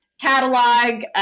catalog